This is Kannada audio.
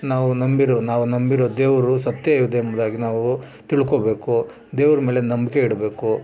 ನಾವು ನಂಬಿರೊ ನಾವು ನಂಬಿರೊ ದೇವ್ರು ಸತ್ಯಯಿದೆ ಎಂಬುದಾಗಿ ನಾವು ತಿಳ್ಕೊಬೇಕು ದೇವ್ರ ಮೇಲೆ ನಂಬಿಕೆ ಇಡಬೇಕು